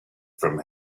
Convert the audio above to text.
from